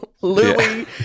Louis